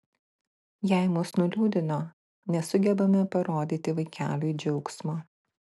jei mus nuliūdino nesugebame parodyti vaikeliui džiaugsmo